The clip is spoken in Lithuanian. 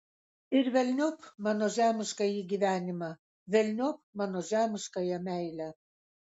ir velniop mano žemiškąjį gyvenimą velniop mano žemiškąją meilę